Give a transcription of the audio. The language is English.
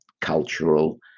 cultural